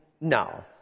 No